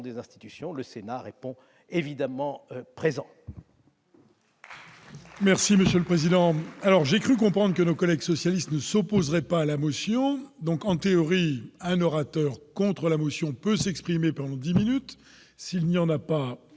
des institutions, le Sénat répond évidemment présent